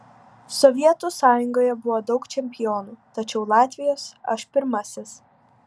sovietų sąjungoje buvo daug čempionų tačiau latvijos aš pirmasis